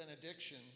benediction